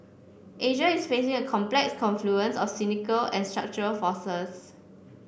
Asia is facing a complex confluence of cyclical and structural forces